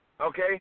Okay